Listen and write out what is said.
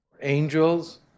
angels